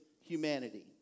humanity